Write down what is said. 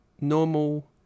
normal